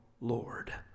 Lord